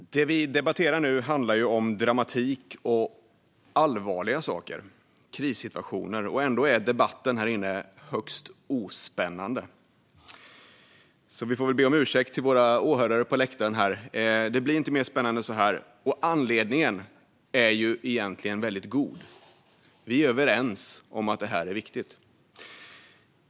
Fru talman! Det vi debatterar nu handlar om dramatik och allvarliga saker, om krissituationer. Ändå är debatten högst ospännande. Vi vår väl be om ursäkt till våra åhörare på läktaren - det blir inte mer spännande än så här. Anledningen är egentligen väldigt god: Vi är överens om att detta är viktigt.